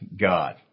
God